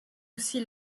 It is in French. aussi